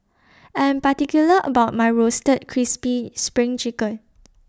I Am particular about My Roasted Crispy SPRING Chicken